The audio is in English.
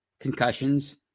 concussions